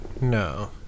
No